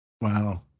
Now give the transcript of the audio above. wow